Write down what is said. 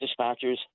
dispatchers